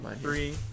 three